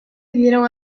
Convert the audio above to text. pidieron